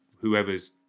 whoever's